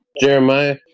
Jeremiah